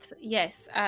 yes